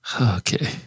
Okay